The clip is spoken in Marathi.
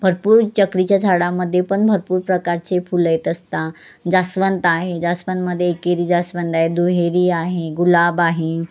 भरपूर चक्रीच्या झाडामध्ये पण भरपूर प्रकारचे फुलं येत असतात जास्वंद आहे जास्वंदमध्ये एकेरी जास्वंद आहे दुहेरी आहे गुलाब आहे